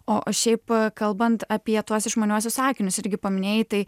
o šiaip kalbant apie tuos išmaniuosius akinius irgi paminėjai tai